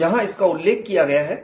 तो यहां इसका उल्लेख किया गया है